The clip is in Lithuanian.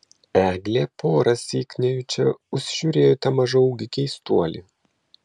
eglė porąsyk nejučia užsižiūrėjo į tą mažaūgį keistuolį